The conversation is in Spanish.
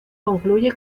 concluye